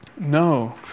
no